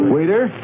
Waiter